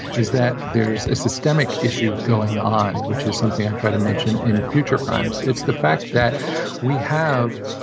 is that there's a systemic issue going on, which is something i try to mention in future crimes. it's the fact that we have,